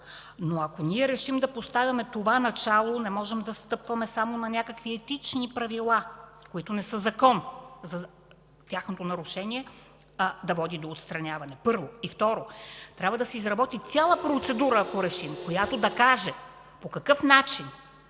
но ако ние решим да поставим това начало, не можем да стъпваме само на някакви Етични правила, които не са закон и тяхното нарушение да води до отстраняване – първо. И, второ, трябва да се изработи цяла процедура, ако решим, която да каже по какъв начин